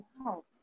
wow